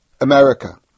America